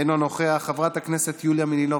אינו נוכח, חברת הכנסת יוליה מלינובסקי,